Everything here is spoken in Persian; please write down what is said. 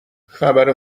خبر